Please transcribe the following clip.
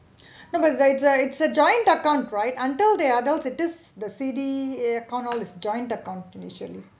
no but it's a it's a joint account right until they they are adults it is the C_D it account all is joint account initially